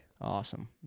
Awesome